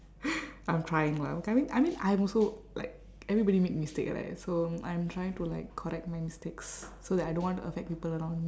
I'm trying lah okay I mean I mean I'm also like everybody make mistake right so I'm trying to like correct my mistakes so that I don't want to affect people around me